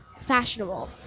fashionable